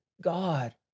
God